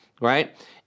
right